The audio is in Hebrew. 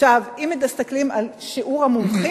אם מסתכלים על שיעור המומחים,